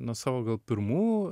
nuo savo gal pirmų